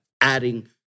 adding